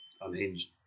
unhinged